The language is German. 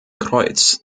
kreuz